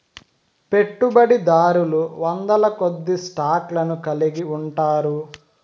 పెట్టుబడిదారులు వందలకొద్దీ స్టాక్ లను కలిగి ఉంటారు